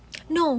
no